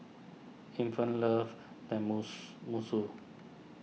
Infant loves Tenmus musu